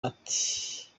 ati